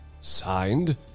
Signed